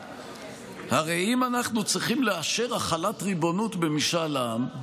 הרי אם אנחנו צריכים לאשר החלת ריבונות במשאל עם,